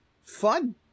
fun